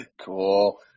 Cool